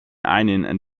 einen